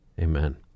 Amen